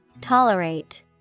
Tolerate